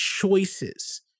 choices